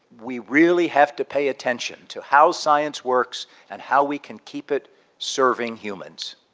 we really have to pay attention to how science works and how we can keep it serving humans.